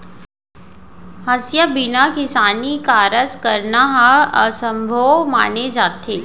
हँसिया बिना किसानी कारज करना ह असभ्यो माने जाथे